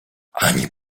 ani